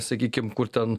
sakykim kur ten